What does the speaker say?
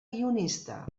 guionista